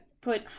put